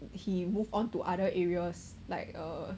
he move on to other areas like uh